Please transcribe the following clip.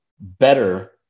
Better